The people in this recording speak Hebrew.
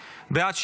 בעד,